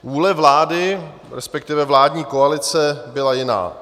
Vůle vlády, resp. vládní koalice byla jiná.